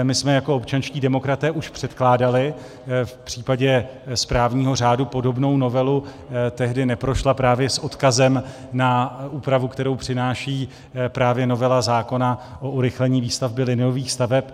My jsme jako občanští demokraté už předkládali v případě správního řádu podobnou novelu, tehdy neprošla právě s odkazem na úpravu, kterou přináší právě novela zákona o urychlení výstavby liniových staveb.